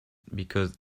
because